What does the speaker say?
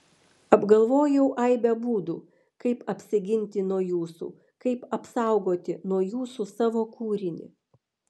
apgalvojau aibę būdų kaip apsiginti nuo jūsų kaip apsaugoti nuo jūsų savo kūrinį